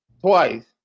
twice